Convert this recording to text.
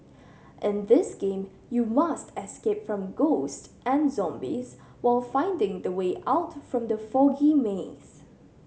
in this game you must escape from ghosts and zombies while finding the way out from the foggy maze